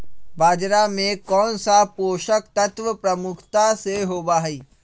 बाजरा में कौन सा पोषक तत्व प्रमुखता से होबा हई?